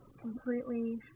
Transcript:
completely